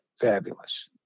fabulous